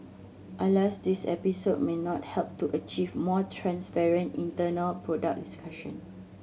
alas this episode may not help to achieve more transparent internal product discussion